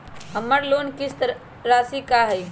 हमर लोन किस्त राशि का हई?